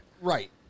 Right